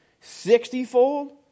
sixtyfold